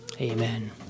amen